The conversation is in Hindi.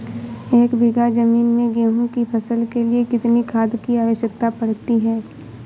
एक बीघा ज़मीन में गेहूँ की फसल के लिए कितनी खाद की आवश्यकता पड़ती है?